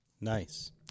Nice